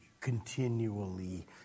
continually